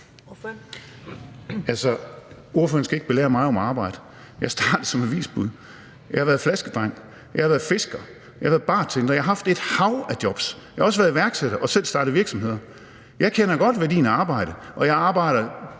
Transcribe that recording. Ordføreren skal ikke belære mig om arbejde. Jeg startede som avisbud. Jeg har været flaskedreng. Jeg har været fisker. Jeg har været bartender. Jeg har haft et hav af jobs. Jeg har også været iværksætter og selv startet virksomheder. Jeg kender godt værdien af arbejde, og jeg arbejder